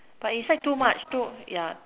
but inside too much too ya